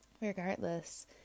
Regardless